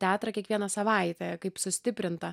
teatrą kiekvieną savaitę kaip sustiprintą